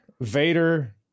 Vader